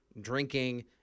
drinking